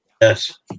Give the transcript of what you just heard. Yes